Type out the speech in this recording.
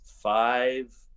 five